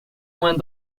moins